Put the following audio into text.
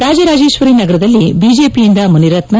ರಾಜರಾಜೇಶ್ವರಿ ನಗರದಲ್ಲಿ ಬಿಜೆಪಿಯಿಂದ ಮುನಿರತ್ನ